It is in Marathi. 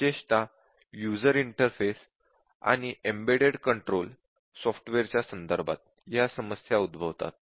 विशेषत यूजर इंटरफेस आणि एम्बेडेड कंट्रोलर सॉफ्टवेअरच्या संदर्भात या समस्या उद्भवतात